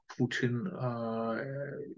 Putin